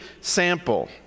sample